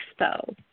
expo